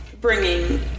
bringing